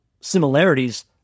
similarities